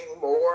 more